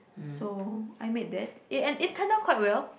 so I made that and it turn out quite well